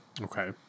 Okay